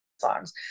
songs